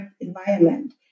environment